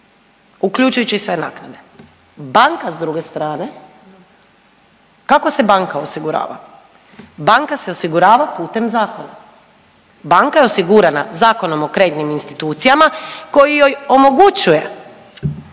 uključujući i sve naknade. Banka s druge strane kako se banka osigurava? Banka se osigurava putem zakona. Banka je osigurana Zakonom o kreditnim institucijama koji joj omogućuje